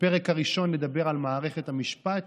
בפרק הראשון נדבר על מערכת המשפט,